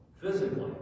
physically